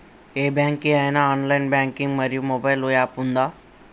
ఏ bank కి ఐనా online banking మరియు మొబైల్ యాప్ ఉందా?